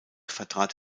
vertrat